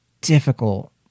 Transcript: difficult